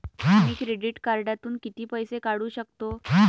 मी credit कार्डातून किती पैसे काढू शकतो?